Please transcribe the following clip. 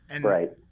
Right